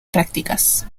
prácticas